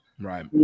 right